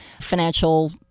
financial